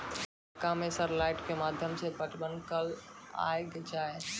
मक्का मैं sir light के माध्यम से पटवन कल आ जाए?